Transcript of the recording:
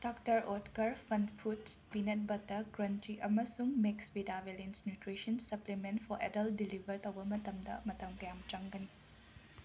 doctor Oetker FunFoods peanut butter crunchy ꯑꯃꯁꯨꯡ ꯃꯦꯛꯁꯕꯤꯗꯥ balanced nutrition supplement for adult deliver ꯇꯧꯕ ꯃꯇꯝꯗ ꯃꯇꯝ ꯀꯌꯥꯝ ꯆꯪꯒꯅꯤ